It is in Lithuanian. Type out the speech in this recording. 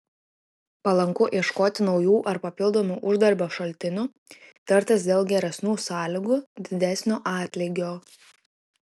palanku ieškoti naujų ar papildomų uždarbio šaltinių tartis dėl geresnių sąlygų didesnio atlygio